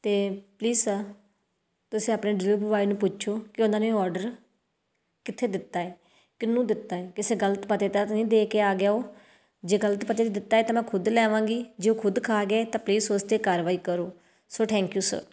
ਅਤੇ please sir ਤੁਸੀਂ ਆਪਣੇ ਡਿਲੀਵਰ ਬੋਆਏ ਨੂੰ ਪੁੱਛੋ ਕਿ ਉਹਨਾਂ ਨੇ ਉਹ ਔਡਰ ਕਿੱਥੇ ਦਿੱਤਾ ਹੈ ਕਿਹਨੂੰ ਦਿੱਤਾ ਹੈ ਕਿਸੇ ਗਲਤ ਪਤੇ 'ਤੇ ਤਾਂ ਨਹੀਂ ਦੇ ਕੇ ਆ ਗਿਆ ਉਹ ਜੇ ਗਲਤ ਪਤੇ 'ਤੇ ਦਿੱਤਾ ਤਾਂ ਮੈਂ ਖੁਦ ਲੈ ਆਵਾਂਗੀ ਜੇ ਉਹ ਖੁਦ ਖਾ ਗਿਆ ਤਾਂ ਪਲੀਜ਼ ਉਸ 'ਤੇ ਕਾਰਵਾਈ ਕਰੋ ਸੋ ਥੈਂਕ ਯੂ ਸਰ